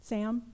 Sam